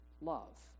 love